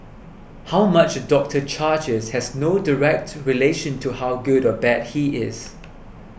how much a doctor charges has no direct relation to how good or bad he is